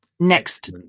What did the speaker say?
Next